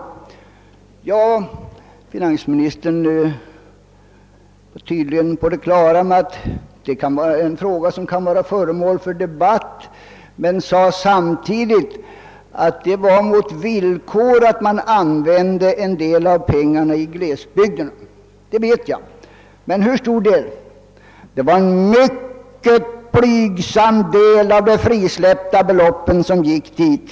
Finansministern var tydligen på det klara med att det var en sak som kunde diskuteras, men han framhöll samtidigt att ett villkor i det sammanhanget var att en del av pengarna användes i glesbygderna. Det vet jag, men det var en mycket blygsam del av de frisläppta beloppen som gick dit.